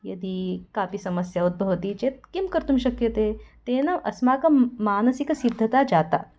यदि कापि समस्या उद्भवति चेत् किं कर्तुं शक्यते तेन अस्माकं मानसिकसिद्धता जाता